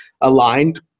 aligned